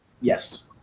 Yes